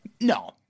No